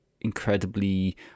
incredibly